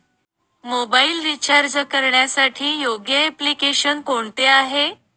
Mobile recharge करण्यासाठी योग्य application कोणते आहे?